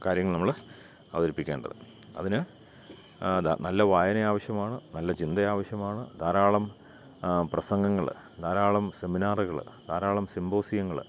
കാര്യങ്ങൾ നമ്മൾ അവതരിപ്പിക്കേണ്ടത് അതിന് എന്താ നല്ല വായന ആവശ്യമാണ് നല്ല ചിന്ത ആവശ്യമാണ് ധാരാളം പ്രസംഗങ്ങൾ ധാരാളം സെമിനാറുകൾ ധാരാളം സിമ്പോസിയങ്ങൾ